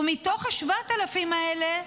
ומתוך ה-7,000 האלה,